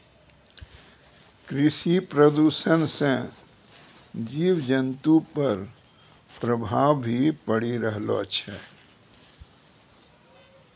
कृषि प्रदूषण से जीव जन्तु पर प्रभाव भी पड़ी रहलो छै